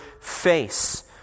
face